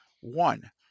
one